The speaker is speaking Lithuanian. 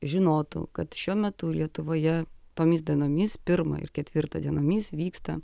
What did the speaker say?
žinotų kad šiuo metu lietuvoje tomis dienomis pirmą ir ketvirtą dienomis vyksta